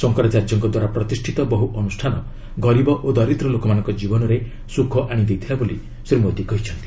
ଶଙ୍କରାଚାର୍ଯ୍ୟଙ୍କ ଦ୍ୱାରା ପ୍ରତିଷ୍ଠିତ ବହୁ ଅନୁଷ୍ଠାନ ଗରିବ ଓ ଦରିଦ୍ରଲୋମାନଙ୍କ ଜୀବନରେ ସୁଖ ଆଣିଦେଇଥିଲା ବୋଲି ଶ୍ରୀ ମୋଦି କହିଛନ୍ତି